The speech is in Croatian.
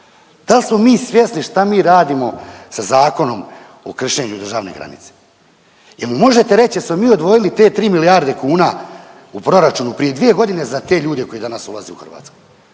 Da li smo mi svjesni što mi radimo sa Zakonom o kršenju državne granice? Jel mi možete reć jesmo mi odvojili te tri milijarde kuna u proračunu prije dvije godine za te ljude koji danas ulaze u Hrvatsku?